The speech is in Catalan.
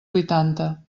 vuitanta